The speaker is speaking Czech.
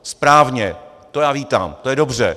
Správně, to já vítám, to je dobře.